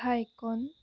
ভাইকণ